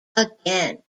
again